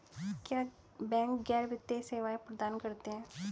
क्या बैंक गैर वित्तीय सेवाएं प्रदान करते हैं?